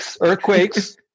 earthquakes